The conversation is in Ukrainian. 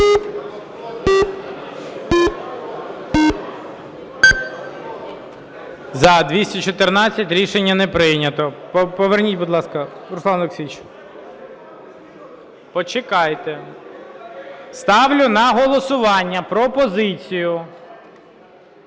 За-214 Рішення не прийнято. Поверніть, будь ласка, Руслан Олексійович. Почекайте! Ставлю на голосування пропозицію…